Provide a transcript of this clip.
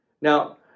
Now